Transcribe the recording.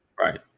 right